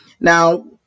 Now